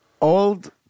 old